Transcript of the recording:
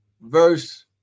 verse